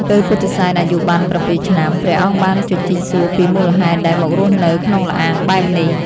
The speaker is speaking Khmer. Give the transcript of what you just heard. ពេលពុទ្ធិសែនអាយុបាន៧ឆ្នាំ ព្រះអង្គបានជជីកសួរពីមូលហេតុដែលមករស់នៅក្នុងល្អាងបែបនេះ។